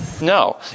No